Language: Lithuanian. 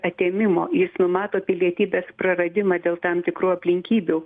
atėmimo jis numato pilietybės praradimą dėl tam tikrų aplinkybių